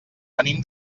venim